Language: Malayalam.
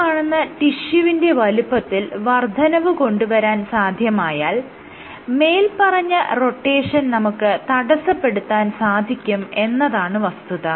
ഈ കാണുന്ന ടിഷ്യുവിന്റെ വലുപ്പത്തിൽ വർദ്ധനവ് കൊണ്ടുവരാൻ സാധ്യമായാൽ മേല്പറഞ്ഞ റൊട്ടേഷൻ നമുക്ക് തടസ്സപ്പെടുത്താൻ സാധിക്കും എന്നതാണ് വസ്തുത